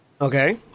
Okay